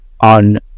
on